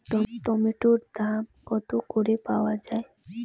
টমেটোর দাম কত করে পাওয়া যায়?